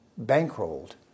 bankrolled